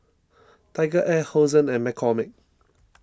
TigerAir Hosen and McCormick